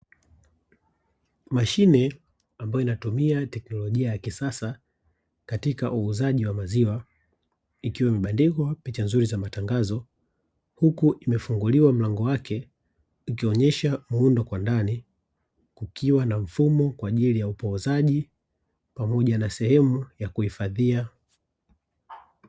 Mashine ambayo inatumia teknolojia ya kisasa katika uuzaji wa maziwa, ikiwa imebandikwa picha nzuri za matangazo, huku imefunguliwa mlango wake ikionyesha muundo kwa ndani, kukiwa na mfumo kwa ajili ya upoozaji pamoja na sehemu ya kuhifadhia.